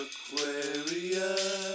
Aquarius